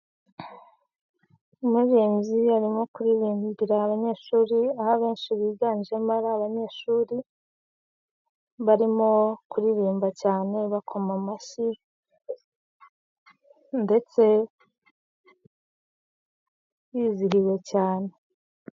Umuririmbyi arimo kuririmbira abanyeshuri, aho abenshi biganjemo ari abanyeshuri. barimo kuririmba cyane bakoma amashyi ndetse bizihiwe cyane.